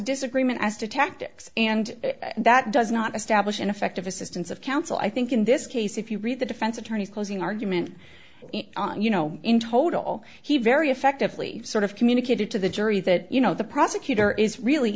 disagreement as to tactics and that does not establish ineffective assistance of counsel i think in this case if you read the defense attorney's closing argument you know in total he very effectively sort of communicated to the jury that you know the prosecutor is really